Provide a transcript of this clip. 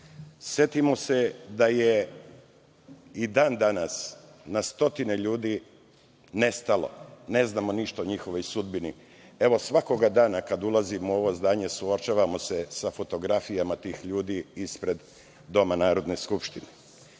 setimo se da je i dan danas na stotine ljudi nestalo, ne znamo ništa o njihovoj sudbini. Evo, svakog dana kada ulazimo u ovo zdanje suočavamo se sa fotografijama tih ljudi ispred doma Narodne skupštine.